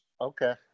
Okay